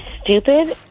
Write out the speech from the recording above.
stupid